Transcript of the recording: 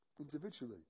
individually